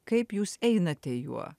kaip jūs einate juo